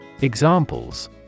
Examples